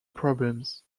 problems